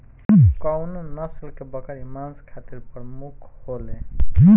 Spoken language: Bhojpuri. कउन नस्ल के बकरी मांस खातिर प्रमुख होले?